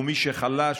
ומי שחלש,